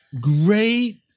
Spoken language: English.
great